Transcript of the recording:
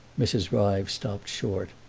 mrs. ryves stopped short,